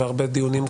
במדינה נורמלית,